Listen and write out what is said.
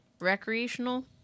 recreational